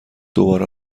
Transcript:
دوباره